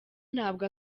ntabwo